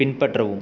பின்பற்றவும்